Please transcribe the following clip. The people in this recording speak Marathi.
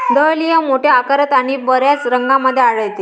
दहलिया मोठ्या आकारात आणि बर्याच रंगांमध्ये आढळते